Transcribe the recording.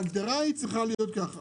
ההגדרה צריכה להיות כך.